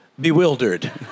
bewildered